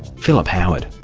philip howard.